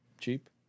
Cheap